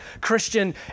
Christian